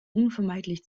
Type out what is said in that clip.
unvermeidlich